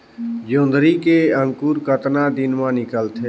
जोंदरी के अंकुर कतना दिन मां निकलथे?